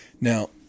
Now